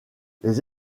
les